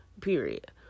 period